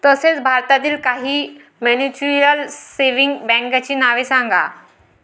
तसेच भारतातील काही म्युच्युअल सेव्हिंग बँकांची नावे सांगा